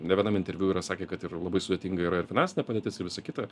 ne vienam interviu yra sakė kad ir labai sudėtinga yra ir finansinė padėtis ir visa kita